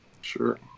sure